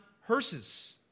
hearses